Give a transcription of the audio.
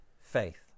faith